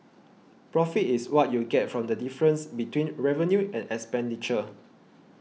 profit is what you get from the difference between revenue and expenditure